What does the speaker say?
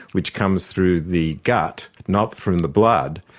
which comes through the gut not from the blood,